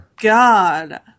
God